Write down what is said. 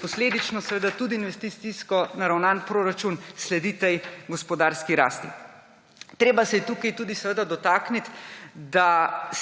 Posledično seveda tudi investicijsko naravnani proračun sledi tej gospodarski rasti. Treba se je tukaj tudi seveda dotakniti, da